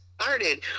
started